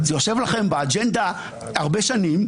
זה יושב לכם באג'נדה הרבה שנים,